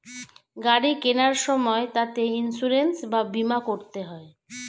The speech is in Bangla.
গাড়ি কেনার সময় তাতে ইন্সুরেন্স বা বীমা করতে হয়